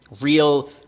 real